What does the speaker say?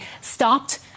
stopped